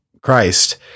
christ